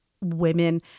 women